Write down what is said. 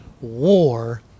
war